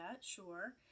sure